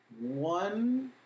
one